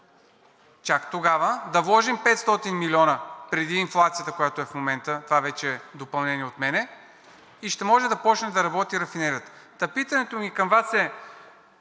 чак тогава да вложим 500 милиона преди инфлацията, която е в момента – това вече е допълнение от мен – и ще може да почне да работи рафинерията.“ Питането ми към Вас е: